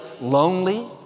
lonely